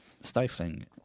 stifling